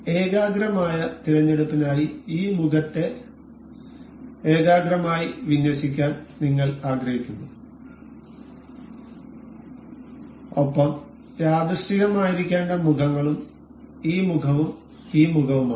ഏകാഗ്രമായ തിരഞ്ഞെടുപ്പിനായി ഈ മുഖത്തെ ഏകാഗ്രമായി വിന്യസിക്കാൻ നിങ്ങൾ ആഗ്രഹിക്കുന്നു ഒപ്പം യാദൃശ്ചികമായിരിക്കേണ്ട മുഖങ്ങളും ഈ മുഖവും ഈ മുഖവുമാണ്